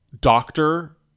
doctor